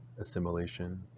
assimilation